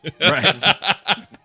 Right